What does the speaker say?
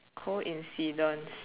coincidence